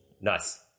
nice